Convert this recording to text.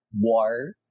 war